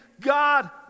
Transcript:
God